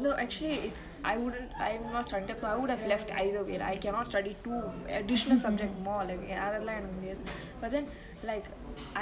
no actually it's I woudn't I'm not சன்ட:sande so I would have left either way I cannot study two additional subjects more like அதெல்லா எனக்கு முடியாது:athella enaku mudiyaathu but then like